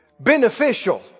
Beneficial